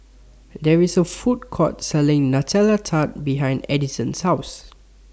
There IS A Food Court Selling Nutella Tart behind Addison's House